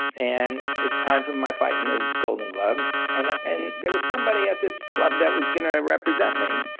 and it's time for my fight in and golden gloves. and and there was somebody at this club that was going to represent me.